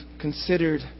considered